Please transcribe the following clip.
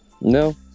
No